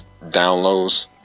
downloads